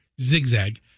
zigzag